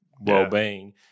well-being